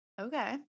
Okay